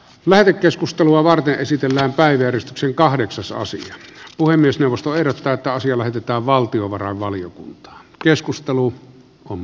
lähetekeskustelua varten esitellään päivystyksen kahdeksasosan puhemiesneuvosto ehdottaa että asia lähetetään valtiovarainvaliokuntaan keskustelu on